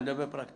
אני מדבר פרקטיקה